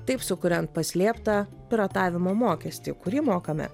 taip sukuriant paslėptą piratavimo mokestį kurį mokame